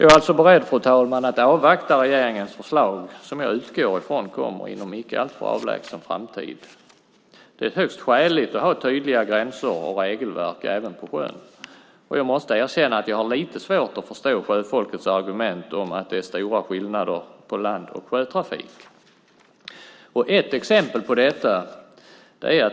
Jag är alltså beredd att avvakta regeringens förslag som jag utgår från kommer inom en icke alltför avlägsen framtid. Det är högst skäligt att ha tydliga gränser och regelverk även på sjön. Jag måste erkänna att jag har lite svårt att förstå sjöfolkets argument om att det är stora skillnader på land och sjötrafik. Jag ska ge ett exempel på detta.